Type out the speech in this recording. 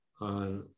on